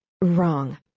Wrong